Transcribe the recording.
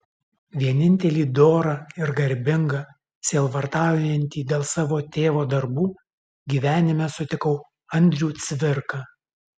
vienintelį dorą ir garbingą sielvartaujantį dėl savo tėvo darbų gyvenime sutikau andrių cvirką